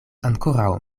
ankoraŭ